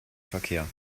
verkehr